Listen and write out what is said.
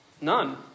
none